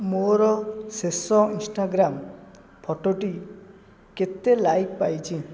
ମୋର ଶେଷ ଇନଷ୍ଟାଗ୍ରାମ୍ ଫୋଟୋଟି କେତେ ଲାଇକ୍ ପାଇଛି